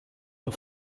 for